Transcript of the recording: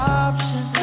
option